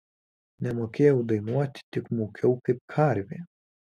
nemokėjau dainuoti tik mūkiau kaip karvė